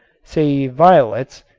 say violets,